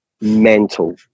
mental